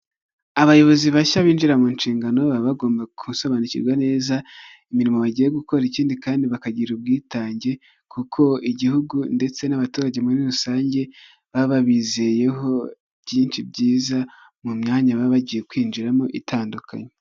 Abayobozi bashya binjira mu nshingano baba bagomba gusobanukirwa neza imirimo bagiye gukora ikindi kandi bakagira ubwitange kuko igihugu ndetse n'abaturage muri rusange baba babizeyeho byinshi byiza mu myanya baba bagiye kwinjiramo itandukanye.